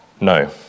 No